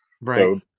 Right